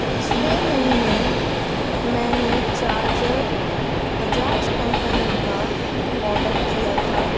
پچھلے مہینے میں نے چارجر بجاج کمپنی کا آڈر کیا تھا